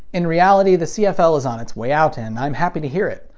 in reality, the cfl is on its way out, and i'm happy to hear it.